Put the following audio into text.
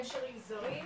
קשר עם זרים.